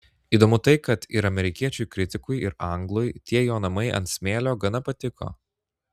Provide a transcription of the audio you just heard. įdomu tai kad ir amerikiečiui kritikui ir anglui tie jo namai ant smėlio gana patiko